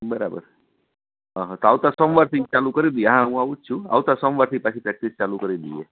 બરાબર હ હ તો આવતા સોમવારથી ચાલુ કરી દઈએ હા હું આવું જ છું આવતા સોમવારથી પાછી પ્રેક્ટિસ ચાલુ કરી દઈએ